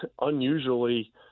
unusually